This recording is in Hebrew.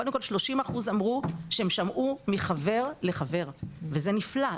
קודם כל 30% אמרו שהם שמעו מחבר לחבר וזה נפלא,